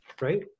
right